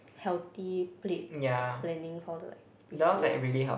healthy plate planning for the like preschool lor